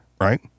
right